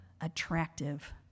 attractive